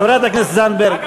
חברת הכנסת זנדברג,